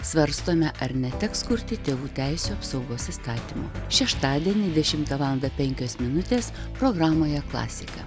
svarstome ar neteks kurti tėvų teisių apsaugos įstatymo šeštadienį dešimtą valandą penkios minutės programoje klasika